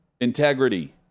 integrity